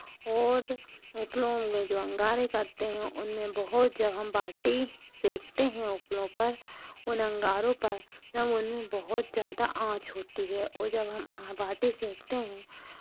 और उपलों में जो अंगारे करते हैं उनमें बहुत जो हम बाटी सेकते हैं उपलों पर उन अंगारों पर जब उनमें बहुत ज़्यादा आंच होती है और जब हम बाटी सेकते हैं